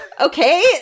Okay